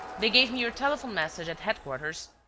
they gave me your telephone message at headquarters.